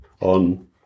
on